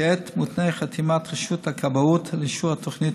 כעת מותנית חתימת רשות הכבאות לאישור התוכנית